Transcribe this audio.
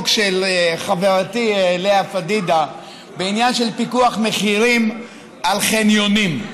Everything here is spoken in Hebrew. של חברתי לאה פדידה בעניין של פיקוח מחירים על חניונים.